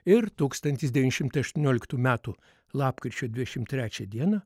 ir tūkstantis devyni šimtai aštuonioliktų metų lapkričio dvidešimt trečią dieną